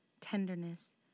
tenderness